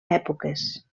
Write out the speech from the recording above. èpoques